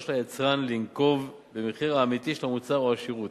של היצרן לנקוב במחיר האמיתי של המוצר או השירות.